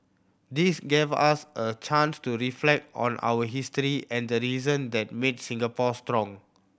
this gave us a chance to reflect on our history and the reason that made Singapore strong